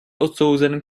odsouzen